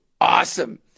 awesome